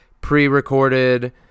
pre-recorded